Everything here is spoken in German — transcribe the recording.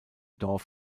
dorf